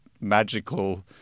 magical